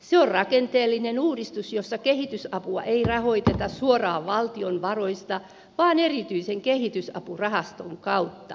se on rakenteellinen uudistus jossa kehitysapua ei rahoiteta suoraan valtion varoista vaan erityisen kehitysapurahaston kautta